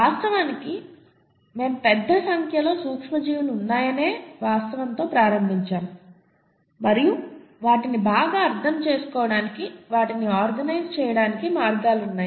వాస్తవానికి మేము పెద్ద సంఖ్యలో సూక్ష్మజీవులు ఉన్నాయనే వాస్తవంతో ప్రారంభించాము మరియు వాటిని బాగా అర్థం చేసుకోవడానికి వాటిని ఆర్గనైజ్ చేయడానికి మార్గాలు ఉన్నాయి